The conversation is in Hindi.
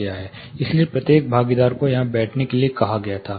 इसलिए प्रत्येक भागीदार को यहां बैठने के लिए कहा गया था